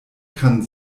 kann